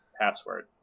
password